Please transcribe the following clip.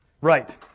Right